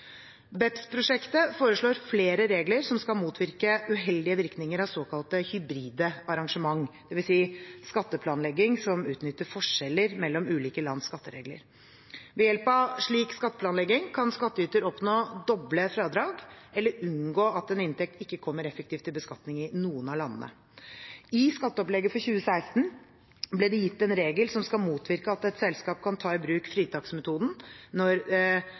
foreslår flere regler som skal motvirke uheldige virkninger av såkalte hybride arrangement, dvs. skatteplanlegging som utnytter forskjeller mellom ulike lands skatteregler. Ved hjelp av slik skatteplanlegging kan skattyter oppnå doble fradrag eller at en inntekt ikke kommer effektivt til beskatning i noen av landene. I skatteopplegget for 2016 ble det gitt en regel som skal motvirke at et selskap kan ta i bruk fritaksmetoden når